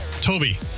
Toby